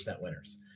winners